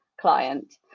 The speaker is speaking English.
client